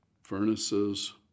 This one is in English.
furnaces